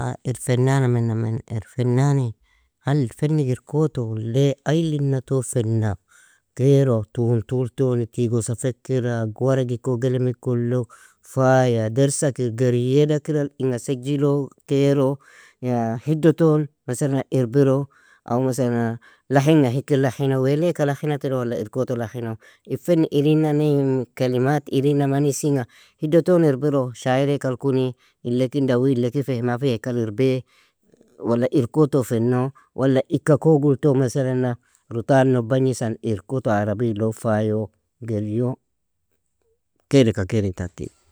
Ir fennana menamen, ir fennani هل fennig ir koto le aylina ton fenna kaero tun tul ton tigosa fekkira g_waragi ko gelimi kolo faya dersa kir geriyeda kira inga sejilu kearo? Ya hiddo ton masaln irbiro? Aw masalna lahinga hikir lahino? Wewle ika lahina tiro, wla ir koto lahino? In fenni irinane in كلمات irinan manisinga hiddo ton irbiro? شاعر eakal kuni ilekin dauwi ilekin fehma fieakal irbee? Wala ir koto fenno? Wala ika ko gulton masalana rutano bagnisan ir koto arabilo fayo? Geryo kaeka kairin tan tigl.